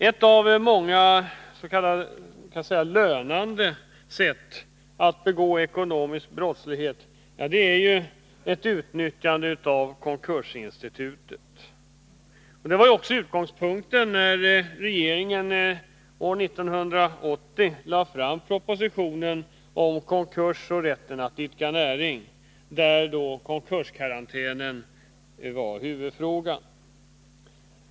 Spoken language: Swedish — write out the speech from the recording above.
Ett av de ”lönande” sätten att begå ekonomisk brottslighet är att utnyttja konkursinstitutet. När regeringen år 1980 lade fram propositionen om konkurs och rätten att idka näring var reglerna för konkurskarantän huvudfrågan.